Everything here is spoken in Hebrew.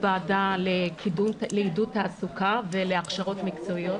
ועדה לעידוד תעסוקה ולהכשרות מקצועיות.